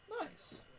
nice